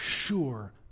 sure